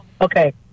okay